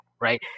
right